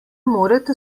morete